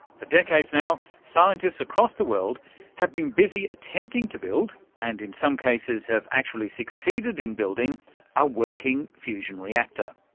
for decades now, scientists across the world have been busy attempting to build and in some cases have actually succeeded in building a working fusion reactor.